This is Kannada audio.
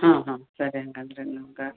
ಹಾಂ ಹಾಂ ಸರಿ ಹಾಗಂದ್ರೆ ನಂಗೆ